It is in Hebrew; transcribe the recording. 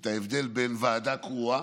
את ההבדל בין ועדה קרואה